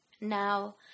Now